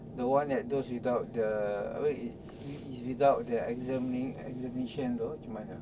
the one that those without the apa is without the examining examination tu macam mana